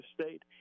State